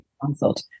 cancelled